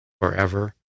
forever